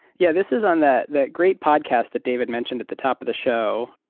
yeah this is on that that great podcast that david mentioned at the top of the show.